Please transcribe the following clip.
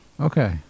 Okay